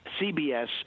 CBS